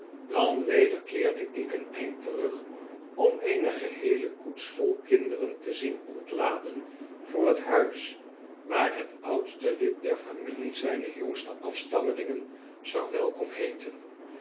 dan weder keerde ik een eind terug om eene geheele koets vol kinderen te zien ontladen voor het huis waar het oudste lid der familie zyne jongste afstammelingen zou welkom heeten